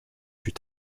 plus